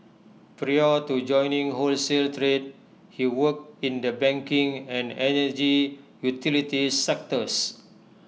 prior to joining wholesale trade he worked in the banking and energy utilities sectors